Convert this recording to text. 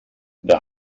der